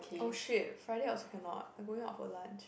oh !shit! Friday I also cannot I going out for lunch